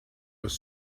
was